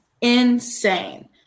Insane